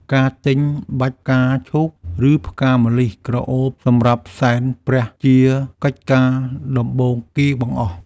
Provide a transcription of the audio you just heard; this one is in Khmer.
ការទិញបាច់ផ្កាឈូក ឬផ្កាម្លិះក្រអូបសម្រាប់សែនព្រះជាកិច្ចការដំបូងគេបង្អស់។